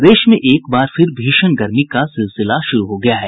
प्रदेश में एक बार फिर भीषण गर्मी का सिलसिला शुरू हो गया है